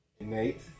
Nate